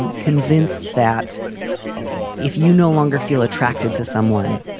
and convinced that if you no longer feel attracted to someone,